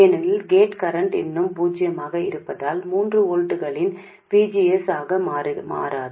ஏனெனில் gate current இன்னும் பூஜ்ஜியமாக இருப்பதால் மூன்று வோல்ட்களின் V G S ஆனது மாறாது